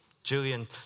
Julian